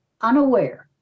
unaware